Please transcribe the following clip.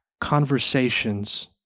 conversations